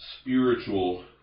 spiritual